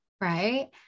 Right